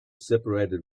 separated